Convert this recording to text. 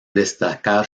destacar